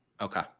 Okay